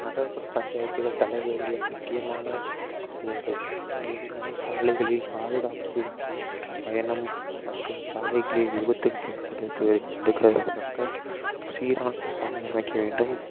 நகர்ப்புற பஞ்சாயத்துகள் தரவேண்டிய முக்கியமான விஷயங்கள் அவை என்னவென்றால் சாலைகளில் பாதுகாப்பு மற்றும் பயணம் மற்றும் சாலைகளில் விபத்துகள் ஏற்படுவதை தடுக்கிறதுக்காக சீரான சாலை அமைக்க வேண்டும்